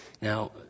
Now